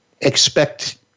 expect